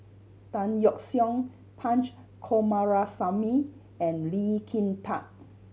Tan Yeok Seong Punch Coomaraswamy and Lee Kin Tat